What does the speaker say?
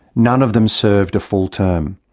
none of them served a full term.